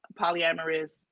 polyamorous